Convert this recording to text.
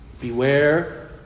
Beware